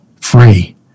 free